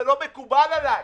זה לא מקובל עליי.